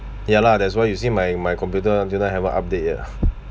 ya lah that's why you see my my computer until now haven't update yet ah